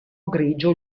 grigio